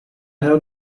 how